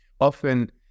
Often